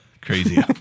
Crazy